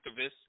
activists